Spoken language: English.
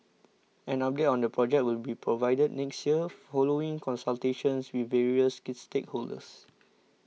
an update on the project will be provided next year following consultations with various stakeholders